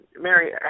Mary